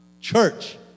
Church